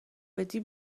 بدی